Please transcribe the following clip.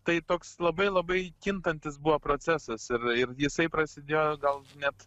tai toks labai labai kintantis buvo procesas ir ir jisai prasidėjo gal net